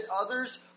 others